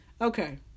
Okay